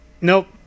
Nope